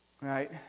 Right